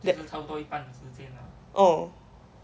that uh